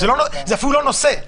זה אפילו לא נושא.